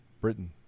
Britain